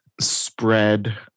spread